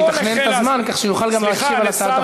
ויתכנן את הזמן כך שיוכל גם להשיב על הצעת החוק.